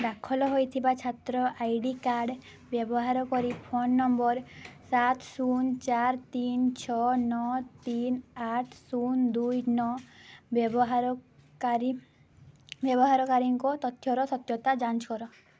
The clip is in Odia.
ଦାଖଲ ହୋଇଥିବା ଛାତ୍ର ଆଇ ଡ଼ି କାର୍ଡ଼୍ ବ୍ୟବହାର କରି ଫୋନ୍ ନମ୍ବର୍ ସାତ ଶୂନ ଚାରି ତିନି ଛଅ ନଅ ତିନି ଆଠ ଶୂନ ଦୁଇ ନଅ ବ୍ୟବହାରକାରୀ ବ୍ୟବହାରକାରୀଙ୍କ ତଥ୍ୟର ସତ୍ୟତା ଯାଞ୍ଚ କର